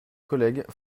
collègues